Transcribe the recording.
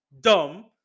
dumb